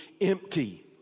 empty